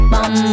Bum